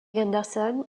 henderson